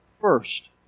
first